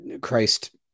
Christ